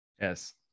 Yes